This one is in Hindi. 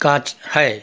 काँच है